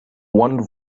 one